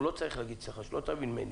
הוא לא צריך להגיד סליחה, שלא תבין זאת ממני,